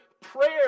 prayer